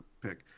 pick